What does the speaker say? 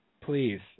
Please